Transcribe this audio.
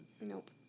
Nope